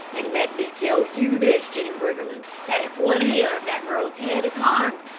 and let me tell you this, jean briggerland, that if one hair of that girl's head is harmed,